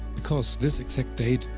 because this exact date,